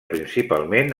principalment